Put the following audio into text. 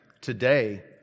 Today